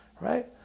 right